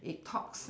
it talks